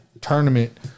tournament